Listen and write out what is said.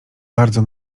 bardzo